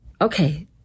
Okay